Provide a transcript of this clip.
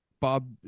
Bob